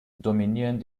dominieren